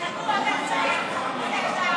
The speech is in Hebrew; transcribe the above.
הכלכלית (תיקוני חקיקה ליישום